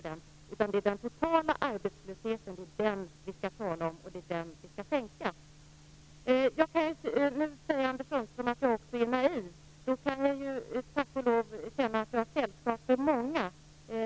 Det är den totala arbetslösheten vi skall tala om, och det är den vi skall sänka. Anders Sundström säger också att jag är naiv. Tack ock lov känner jag att jag är i gott sällskap.